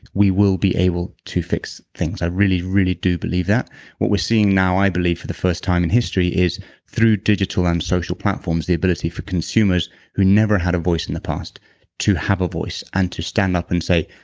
we will be able to fix things. i really, really do believe that. what we're seeing now, i believe for the first time in history, is through digital and um social platforms, the ability for consumers who never had a voice in the past to have a voice and to stand up and say,